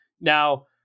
now